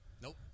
Nope